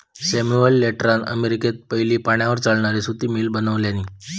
Samuel स्लेटरान अमेरिकेत पयली पाण्यार चालणारी सुती मिल बनवल्यानी